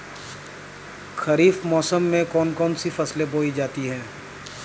खरीफ मौसम में कौन कौन सी फसलें बोई जाती हैं?